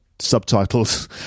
subtitles